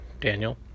Daniel